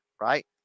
right